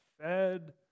fed